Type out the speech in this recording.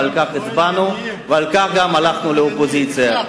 ועל כך הצבענו ועל כך גם הלכנו לאופוזיציה.